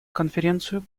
конференцию